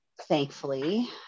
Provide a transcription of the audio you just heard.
thankfully